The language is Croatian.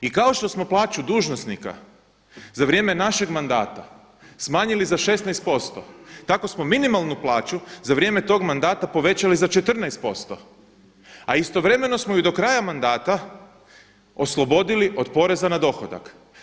I kao što smo plaću dužnosnika za vrijeme našeg mandata smanjili za 16% tako smo minimalnu plaću za vrijeme tog mandata povećali za 14% a istovremeno smo ju do kraja mandata oslobodili od poreza na dohodak.